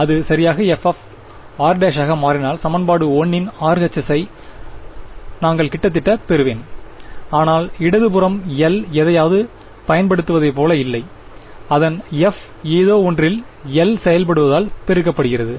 அது சரியாக fr ஆக மாறினால் சமன்பாடு 1 இன் RHS ஐ நான் கிட்டத்தட்ட பெறுவேன் ஆனால் இடது புறம் L எதையாவது பயன்படுத்துவதைப் போல் இல்லை அதன் f ஏதோவொன்றில் L செயல்படுவதால் பெருக்கப்படுகிறது